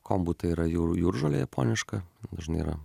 kombu tai yra jūržolė japoniška dažnai yra